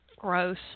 Gross